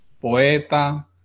poeta